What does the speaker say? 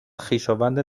خویشاوند